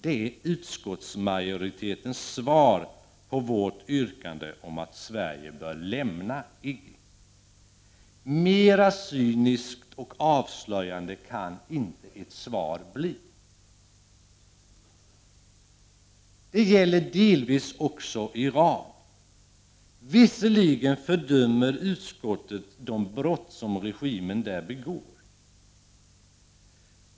Det är utskottsmajoritetens svar på vårt yrkande om att Sverige bör lämna IGGI. Mera cyniskt och avslöjande kan inte ett svar bli. Det gäller delvis också Iran. Visserligen fördömer utskottet de brott som regimen där begår.